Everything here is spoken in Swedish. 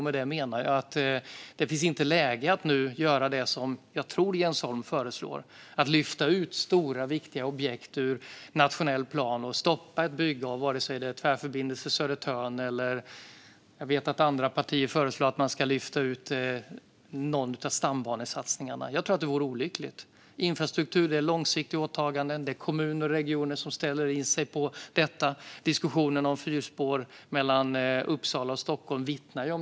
Med det menar jag att det inte är läge att göra det som jag tror att Jens Holm föreslår: att lyfta ut stora, viktiga objekt ur den nationella planen och stoppa ett bygge, vare sig det är Tvärförbindelse Södertörn eller någon av stambanesatsningarna, vilket jag vet att andra partier föreslår. Jag tror att det vore olyckligt. Infrastruktur är långsiktiga åtaganden. Kommuner och regioner ställer in sig på detta. Det vittnar också diskussionen om fyrspår mellan Uppsala och Stockholm om.